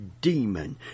demon